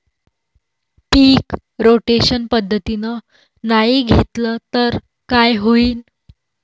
पीक rotation पद्धतीनं नाही घेतलं तर काय होईन?